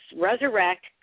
resurrect